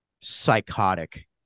psychotic